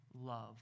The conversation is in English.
love